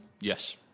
Yes